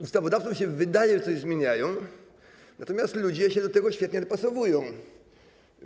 Ustawodawcom się wydaje, że coś zmieniają, natomiast ludzie się do tego świetnie dopasowują.